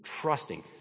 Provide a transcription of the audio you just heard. trusting